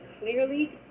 clearly